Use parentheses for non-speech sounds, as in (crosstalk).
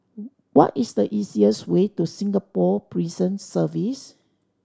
(noise) what is the easiest way to Singapore Prison Service